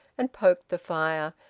and poked the fire,